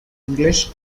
english